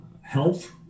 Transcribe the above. health